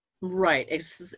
Right